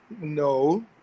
No